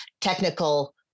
technical